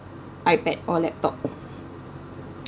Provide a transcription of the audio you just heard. ipad or laptop